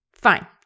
fine